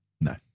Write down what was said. No